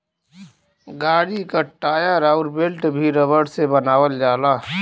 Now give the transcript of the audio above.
गाड़ी क टायर अउर बेल्ट भी रबर से बनावल जाला